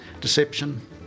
deception